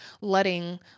letting